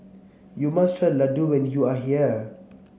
you must try Ladoo when you are here